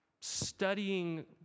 studying